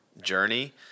journey